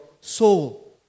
soul